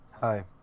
Hi